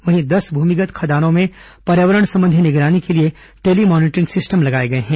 वहीं दस भूमिगत खदानों में पर्यावरण संबंधी निगरानी के लिए टेली मॉनिटरिंग सिस्टम लगाए गए हैं